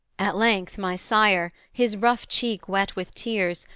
at length my sire, his rough cheek wet with tears,